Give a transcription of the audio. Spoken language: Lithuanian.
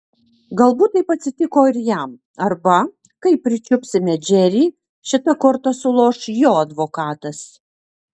galbūt taip atsitiko ir jam arba kai pričiupsime džerį šita korta suloš jo advokatas